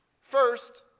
First